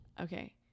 Okay